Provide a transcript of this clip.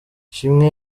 ishimwe